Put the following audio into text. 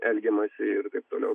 elgiamasi ir taip toliau